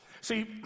See